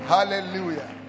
Hallelujah